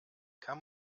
kann